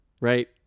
right